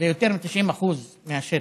זה יותר מ-90% מהשטח,